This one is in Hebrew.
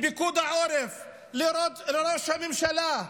לפיקוד העורף, לראש הממשלה.